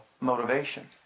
motivation